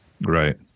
Right